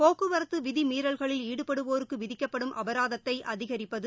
போக்குவரத்துவிதிமீறல்களில் ஈடுபடுவோருக்குவிதிக்கப்படும் அபராதத்தைஅதிகரிப்பது